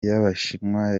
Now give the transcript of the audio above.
y’abashinwa